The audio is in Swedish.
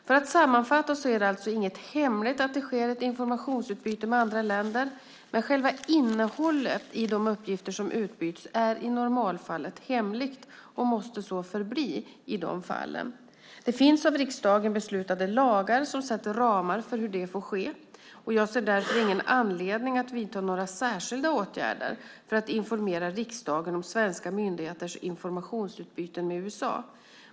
För att sammanfatta så är det alltså inget hemligt att det sker informationsutbyte med andra länder. Men själva innehållet i de uppgifter som utbyts är i normalfallet hemligt och måste så förbli i de fallen. Det finns av riksdagen beslutade lagar som sätter ramar för hur det får ske. Jag ser därför ingen anledning att vidta några särskilda åtgärder för att informera riksdagen om svenska myndigheters informationsutbyten med USA.